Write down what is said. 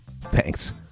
thanks